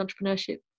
entrepreneurship